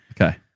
Okay